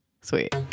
Sweet